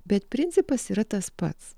bet principas yra tas pats